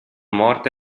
morte